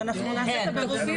אז אנחנו נעשה את הבירור,